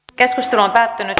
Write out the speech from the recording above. keskustelu päättyi